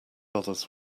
others